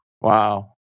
Wow